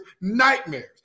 nightmares